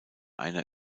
eine